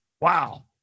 wow